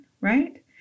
right